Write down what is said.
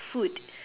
food